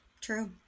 True